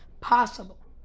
possible